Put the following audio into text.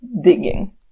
digging